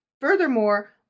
Furthermore